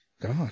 God